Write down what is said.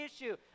issue